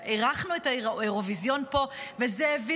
ואירחנו את האירוויזיון פה וזה הביא